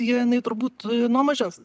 jinai turbūt nuo mažens